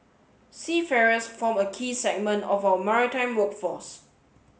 seafarers form a key segment of our maritime workforce